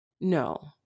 No